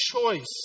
choice